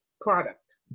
product